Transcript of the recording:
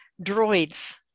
droids